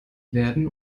werden